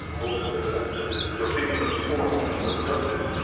and also and the the opinion of the former minister of justice,